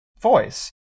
voice